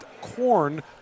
corn